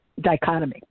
dichotomy